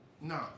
No